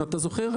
אם אתה זוכר,